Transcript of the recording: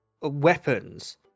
weapons